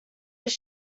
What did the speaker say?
his